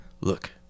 Look